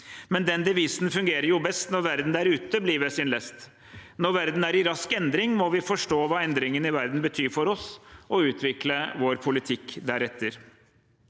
men den devisen fungerer best når verden der ute blir ved sin lest. Når verden er i rask endring, må vi forstå hva endringene i verden betyr for oss, og utvikle vår politikk deretter.